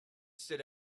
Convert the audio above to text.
sit